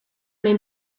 min